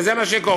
וזה מה שקורה.